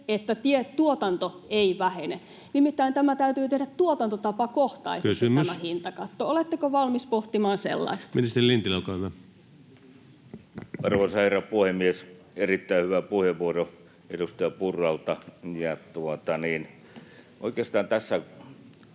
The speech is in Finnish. että tuotanto ei vähene. Nimittäin tämä hintakatto täytyy tehdä tuotantotapakohtaisesti. [Puhemies: Kysymys!] Oletteko valmis pohtimaan sellaista? Ministeri Lintilä, olkaa hyvä. Arvoisa herra puhemies! Erittäin hyvä puheenvuoro edustaja Purralta. Oikeastaan tässä